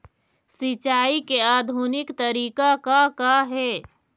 सिचाई के आधुनिक तरीका का का हे?